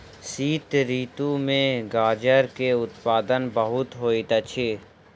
शीत ऋतू में गाजर के उत्पादन बहुत होइत अछि